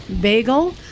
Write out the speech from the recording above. Bagel